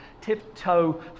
tiptoe